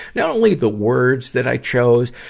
not only the words that i chose,